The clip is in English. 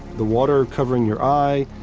the water covering your eye,